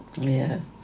Yes